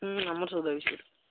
ହୁଁ ଆମର ସଉଦା ବି ସେ